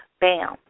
Bam